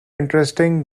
interesting